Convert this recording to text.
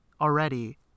already